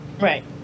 right